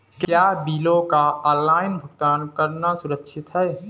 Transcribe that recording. क्या बिलों का ऑनलाइन भुगतान करना सुरक्षित है?